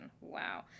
Wow